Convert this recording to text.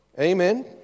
Amen